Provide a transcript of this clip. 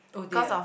oh dear